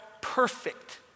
perfect